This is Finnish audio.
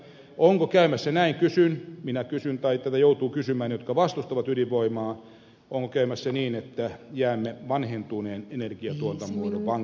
onko käymässä näin minä kysyn tai tätä joutuvat kysymään ne jotka vastustavat ydinvoimaa että jäämme vanhentuneen energiatuotannon vangiksi